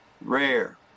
rare